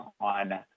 on